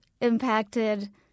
impacted